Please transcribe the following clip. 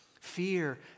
Fear